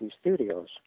Studios